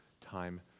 time